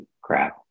crap